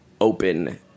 open